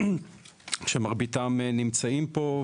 שמרביתם נמצאים פה.